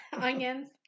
Onions